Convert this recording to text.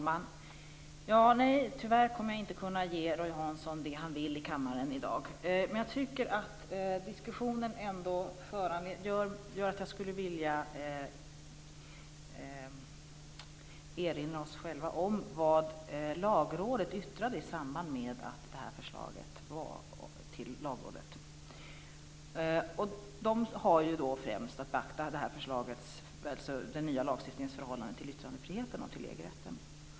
Fru talman! Tyvärr kommer jag inte att kunna ge Roy Hansson det besked som han vill ha här i kammaren i dag. Men diskussionen gör ändå att jag skulle vilja erinra om vad Lagrådet yttrade i samband med att förslaget översändes till Lagrådet. Lagrådet har då främst att bedöma den nya lagstiftningens förhållande till yttrandefriheten och till EG-rätten.